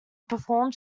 performed